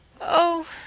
Oh